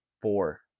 four